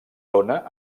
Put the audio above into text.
dóna